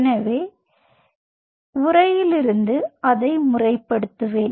எனவே உரையிலிருந்து அதை முறைப்படுத்துகிறேன்